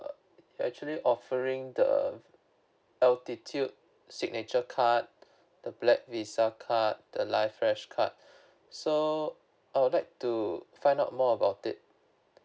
actually offering the altitude signature card the black visa card the live fresh card so I would like to find out more about it